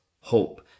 hope